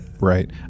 Right